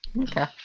Okay